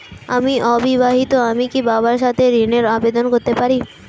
আমি অবিবাহিতা আমি কি বাবার সাথে ঋণের আবেদন করতে পারি?